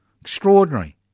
Extraordinary